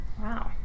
Wow